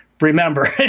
remember